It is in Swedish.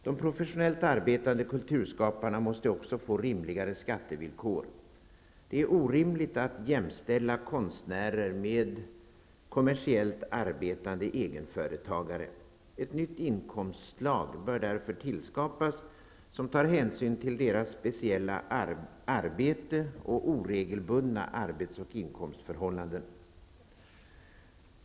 De professionellt arbetande kulturskaparna måste också få rimligare skattevillkor. Det är orimligt att jämställa konstnärer med kommersiellt arbetande egenföretagare. Ett nytt inkomstslag bör därför tillskapas som tar hänsyn till deras speciella arbete och oregelbundna arbets och inkomstförhållanden.